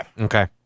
Okay